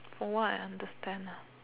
from what I understand ah